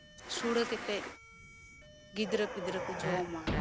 ᱥᱳᱲᱮ ᱠᱟᱛᱮᱫ ᱜᱤᱫᱽᱨᱟᱹ ᱯᱤᱫᱽᱨᱟᱹ ᱠᱚ ᱡᱚᱢᱟ